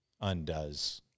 undoes